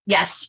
Yes